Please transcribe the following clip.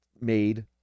made